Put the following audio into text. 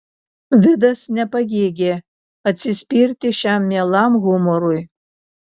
vidas nepajėgė atsispirti šiam mielam humorui